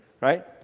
right